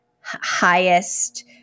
highest